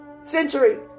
Century